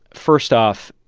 first off,